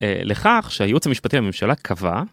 לכך שהייעוץ המשפטי לממשלה קבע.